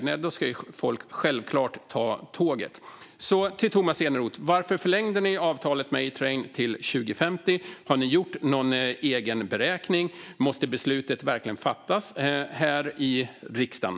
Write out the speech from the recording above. Nej, folk ska självklart ta tåget. Tomas Eneroth! Varför förlängde ni avtalet med A-Train till 2050? Har ni gjort någon egen beräkning? Måste beslutet verkligen fattas här i riksdagen?